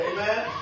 Amen